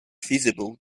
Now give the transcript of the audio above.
feasible